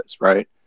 right